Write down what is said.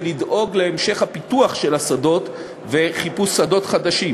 לדאוג להמשך הפיתוח של השדות וחיפוש שדות חדשים,